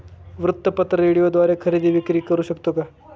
वृत्तपत्र, रेडिओद्वारे खरेदी विक्री करु शकतो का?